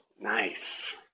Nice